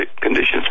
conditions